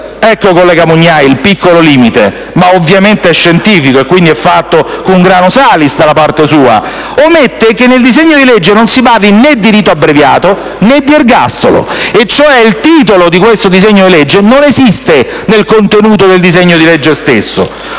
omette - ecco il piccolo limite, che ovviamente è scientifico e fatto *cum grano salis* da parte sua - il fatto che nel disegno di legge non si parla né di rito abbreviato né di ergastolo. Il titolo di questo disegno di legge non esiste nel contenuto del disegno di legge stesso.